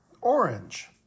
orange